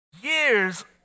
years